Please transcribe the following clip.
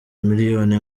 miliyoni